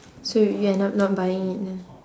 so you you end up not buying it lah